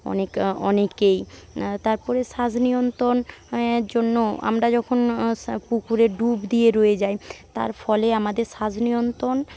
অনেক অনেকেই তারপরে শ্বাস নিয়ন্ত্রণ জন্য আমরা যখন পুকুরে ডুব দিয়ে রয়ে যাই তার ফলে আমাদের শ্বাস নিয়ন্ত্রণ